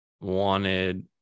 wanted